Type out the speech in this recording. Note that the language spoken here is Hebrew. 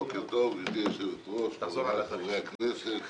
בוקר טוב, גברתי היושבת-ראש, חבריי חברי הכנסת.